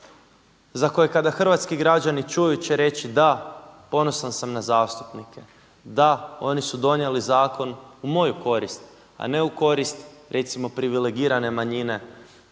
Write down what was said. za koje kada hrvatski građani čuju će reći da, ponosan sam na zastupnike. Da, oni su donijeli zakon u moju korist a ne u korist recimo privilegirane manjine